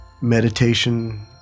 meditation